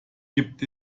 gibt